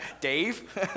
Dave